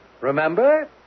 Remember